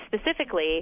specifically